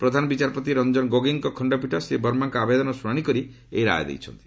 ପ୍ରଧାନ ବିଚାରପତି ରଞ୍ଜନ ଗୋଗେଇଙ୍କ ଖଣ୍ଡପୀଠ ଶ୍ରୀ ବର୍ମାଙ୍କ ଆବେଦନର ଶୁଣାଣି କରି ଏହି ରାୟ ଦେଇଛନ୍ତି